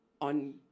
on